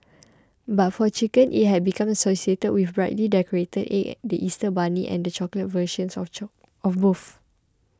but for chicken it has become associated with brightly decorated eggs the Easter bunny and the chocolate versions of choke both